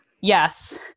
Yes